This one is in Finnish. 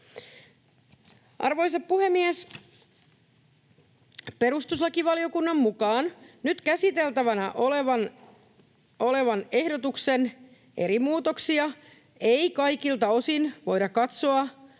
Arvoisa puhemies! Perustuslakivaliokunnan mukaan nyt käsiteltävänä olevan ehdotuksen eri muutoksien ei kaikilta osin voida katsoa